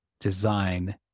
design